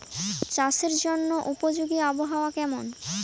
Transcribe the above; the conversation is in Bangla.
চাষের জন্য উপযোগী আবহাওয়া কেমন?